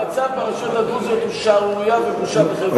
המצב ברשויות הדרוזיות הוא שערורייה ובושה וחרפה.